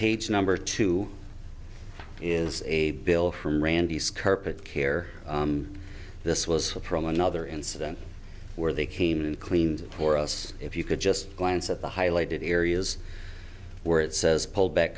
page number two is a bill from randy skirted care this was a promo another incident where they came in and cleaned for us if you could just glance at the highlighted areas where it says pull back